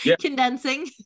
condensing